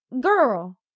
Girl